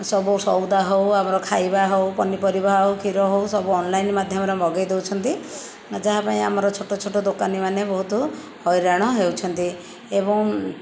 ସବୁ ସଉଦା ହେଉ ଆମର ଖାଇବା ହେଉ ପନିପରିବା ହେଉ କ୍ଷୀର ହେଉ ସବୁ ଅନଲାଇନ୍ ମାଧ୍ୟମରେ ମଗାଇଦଉଛନ୍ତି ଯାହାପାଇଁ ଆମର ଛୋଟ ଛୋଟ ଦୋକାନି ମାନେ ବହୁତ ହଇରାଣ ହେଉଛନ୍ତି ଏବଂ